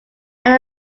our